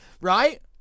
Right